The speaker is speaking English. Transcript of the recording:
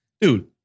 dude